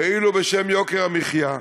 כאילו בשם יוקר המחיה.